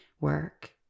work